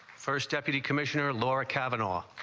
first deputy commissioner laura cavanaugh